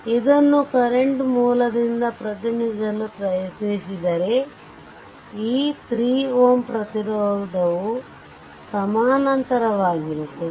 ಇದನ್ನು ಕರೆಂಟ್ ಮೂಲದಿಂದ ಪ್ರತಿನಿಧಿಸಲು ಪ್ರಯತ್ನಿಸಿದರೆ ಈ 3 Ω ಪ್ರತಿರೋಧವು ಸಮಾನಾಂತರವಾಗಿರುತ್ತದೆ